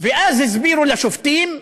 והסבירו לשופטים,